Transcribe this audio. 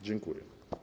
Dziękuję.